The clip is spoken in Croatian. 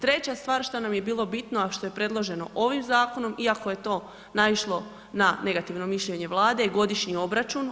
Treća stvar što nam je bilo bitno, a što je predloženo ovim zakonom iako je to naišlo na negativno mišljenje Vlade je godišnji obračun.